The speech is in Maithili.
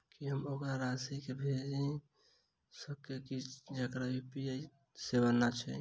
की हम ओकरा राशि भेजि सकै छी जकरा यु.पी.आई सेवा नै छै?